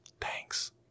thanks